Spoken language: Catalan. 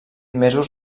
mesos